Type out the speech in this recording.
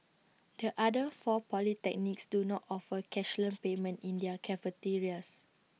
the other four polytechnics do not offer cashless payment in their cafeterias